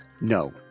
No